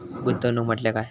गुंतवणूक म्हटल्या काय?